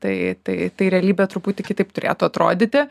tai tai tai realybė truputį kitaip turėtų atrodyti